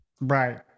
right